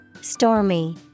Stormy